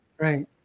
right